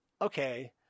Okay